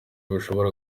bishobora